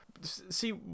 see